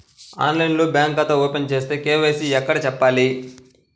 ఆన్లైన్లో బ్యాంకు ఖాతా ఓపెన్ చేస్తే, కే.వై.సి ఎక్కడ చెప్పాలి?